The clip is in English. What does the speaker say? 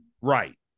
Right